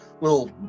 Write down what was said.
little